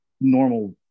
normal